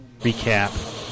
recap